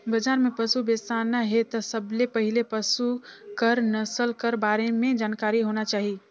बजार में पसु बेसाना हे त सबले पहिले पसु कर नसल कर बारे में जानकारी होना चाही